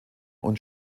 und